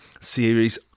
series